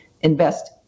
invest